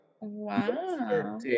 Wow